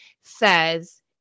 says